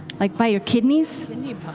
like by your kidneys?